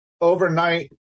overnight